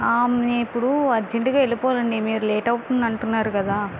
ఆ నేను ఇప్పుడు అర్జెంట్ గా వెళ్ళిపోవాలి అండి మీరు లేట్ అవుతుంది అంటున్నారు కదా